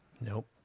Nope